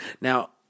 now